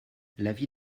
l’avis